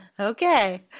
Okay